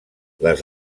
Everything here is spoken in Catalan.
les